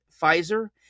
Pfizer